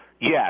Yes